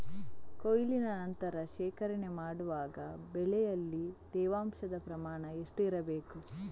ಕೊಯ್ಲಿನ ನಂತರ ಶೇಖರಣೆ ಮಾಡುವಾಗ ಬೆಳೆಯಲ್ಲಿ ತೇವಾಂಶದ ಪ್ರಮಾಣ ಎಷ್ಟು ಇರಬೇಕು?